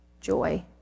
joy